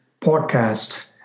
Podcast